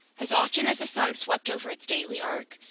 as often as the sun swept over its daily arc,